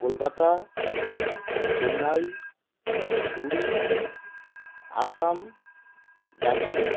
Kolkata Chennai Puri Assam Darjeeling